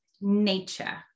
nature